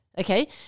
okay